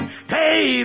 stay